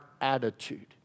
attitude